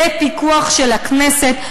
בפיקוח של הכנסת,